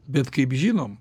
bet kaip žinom